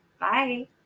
bye